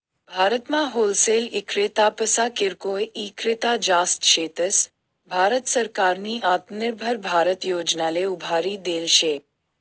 भारतमा होलसेल इक्रेतापक्सा किरकोय ईक्रेता जास्त शेतस, भारत सरकारनी आत्मनिर्भर भारत योजनाले उभारी देल शे